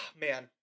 man